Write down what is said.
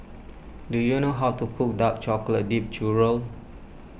do you know how to cook Dark Chocolate Dipped Churro